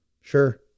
sure